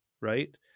right